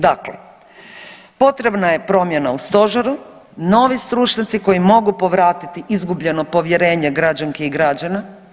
Dakle, potrebna je promjena u stožeru, novi stručnjaci koji mogu povratiti izgubljeno povjerenje građanki i građana.